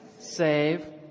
save